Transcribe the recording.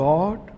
God